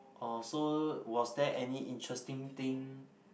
uh so was there any interesting thing